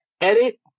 edit